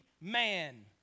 man